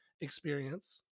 experience